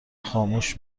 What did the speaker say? خاموش